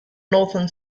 northern